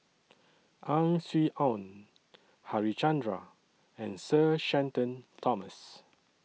Ang Swee Aun Harichandra and Sir Shenton Thomas